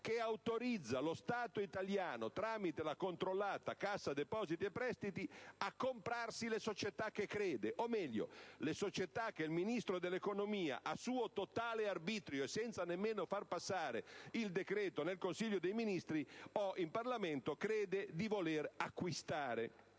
credono) lo Stato italiano, tramite la controllata Cassa depositi e prestiti, a comprarsi le società che crede o, meglio, le società che il Ministro dell'economia, a suo totale arbitrio e senza nemmeno far passare il decreto nel Consiglio dei ministri o in Parlamento, crede di voler acquistare.